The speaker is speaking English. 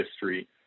history